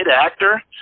actor